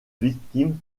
victime